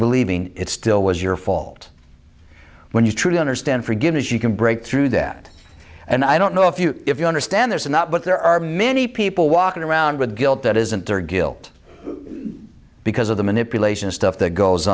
believing it still was your fault when you truly understand forgiveness you can break through that and i don't know if you if you understand there are not but there are many people walking around with guilt that isn't there guilt because of the manipulation stuff that goes